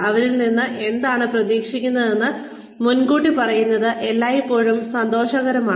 അവരിൽ നിന്ന് എന്താണ് പ്രതീക്ഷിക്കുന്നതെന്ന് മുൻകൂട്ടി പറയുന്നത് എല്ലായ്പ്പോഴും സന്തോഷകരമാണ്